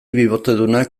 bibotedunak